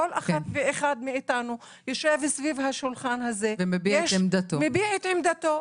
כל אחד ואחת מאיתנו יושב סביב השולחן הזה ומביע את עמדתו.